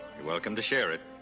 you're welcome to share it,